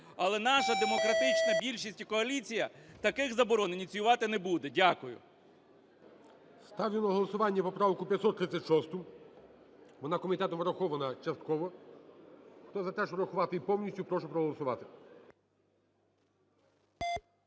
але наша демократична більшість і коаліція таких заборон ініціювати не буде. Дякую. ГОЛОВУЮЧИЙ. Ставлю на голосування поправку 536. Вона комітетом врахована частково. Хто за те, щоб врахувати її повністю, прошу проголосувати.